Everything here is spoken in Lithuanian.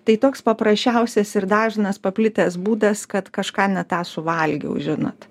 tai toks paprasčiausias ir dažnas paplitęs būdas kad kažką ne tą suvalgiau žinot